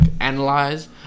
analyze